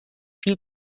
viel